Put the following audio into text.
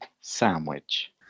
sandwich